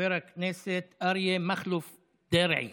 חבר הכנסת אריה מכלוף דרעי,